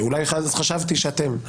שחשבתי שאולי אתם,